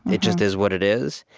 it just is what it is,